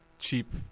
Cheap